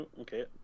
okay